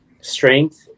strength